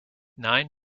nine